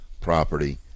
property